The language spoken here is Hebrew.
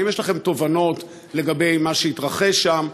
האם יש לכם תובנות לגבי מה שהתרחש שם?